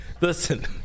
Listen